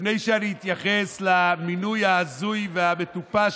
לפני שאני אתייחס למינוי ההזוי והמטופש